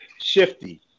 shifty